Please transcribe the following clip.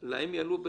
להם יעלו ב-25%,